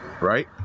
right